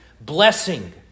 blessing